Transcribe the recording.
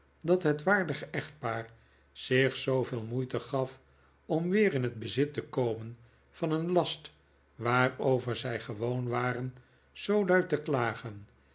dat het waardige echtpaar zich zooveel moeite gaf om weer in het bezit te komen van een last waarover zij gewoor waren zoo luid te klagen